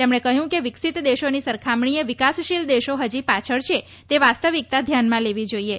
તેમણે કહ્યું કે વિકસિત દેશોની સરખામણીએ વિકાસશીલ દેશો હજી પાછળ છે તે વાસ્તવિકતા ધ્યાનમાં લેવી જોઇએ